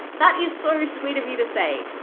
that is so sweet of you to say.